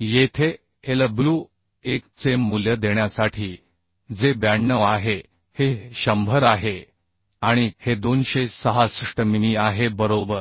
येथे Lw1 चे मूल्य देण्यासाठी जे 92 आहे हे 100 आहे आणि हे 266 मिमी आहे बरोबर